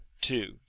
two